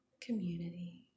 Community